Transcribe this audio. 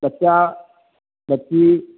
बच्चा बच्ची